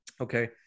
Okay